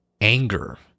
anger